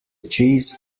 cheese